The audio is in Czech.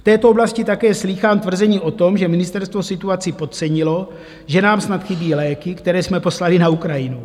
V této oblasti také slýchám tvrzení o tom, že ministerstvo situaci podcenilo, že nám snad chybí léky, které jsme poslali na Ukrajinu.